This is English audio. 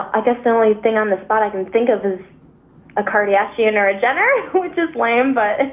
i guess the only thing on the spot i can think of is a kardashian or a jenner which is lame but.